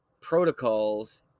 protocols